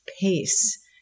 pace